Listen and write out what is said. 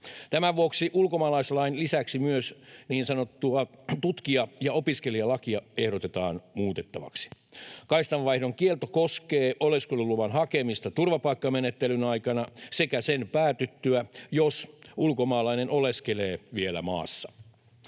Tämän vuoksi ulkomaalaislain lisäksi niin sanottua tutkija- ja opiskelijalakia ehdotetaan muutettavaksi. Kaistanvaihdon kielto koskee oleskeluluvan hakemista turvapaikkamenettelyn aikana sekä sen päätyttyä, jos ulkomaalainen oleskelee vielä maassa.